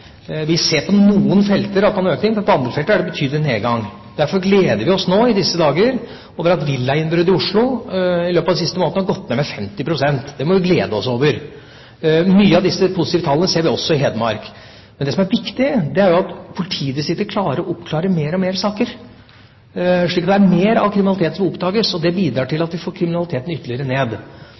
Vi ser på noen felter at det er en økning, men på andre felter er det en betydelig nedgang. Derfor gleder vi oss nå i disse dager over at tallet på villainnbrudd i Oslo i løpet av de siste månedene har gått ned med 50 pst. Det må vi glede oss over. Mange av disse positive tallene ser vi også i Hedmark. Men det som er viktig, er at politidistriktene klarer å oppklare flere og flere saker, slik at mer kriminalitet oppdages. Det bidrar til at vi får kriminaliteten ytterligere ned.